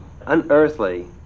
unearthly